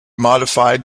modified